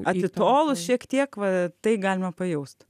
atitolus šiek tiek va tai galima pajaust